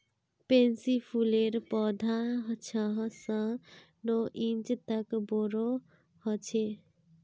pansy फूलेर पौधा छह स नौ इंच तक बोरो ह छेक